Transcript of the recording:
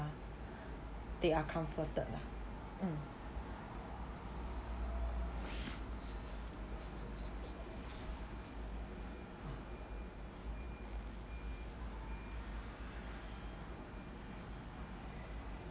they are comforted lah mm